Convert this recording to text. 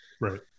right